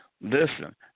listen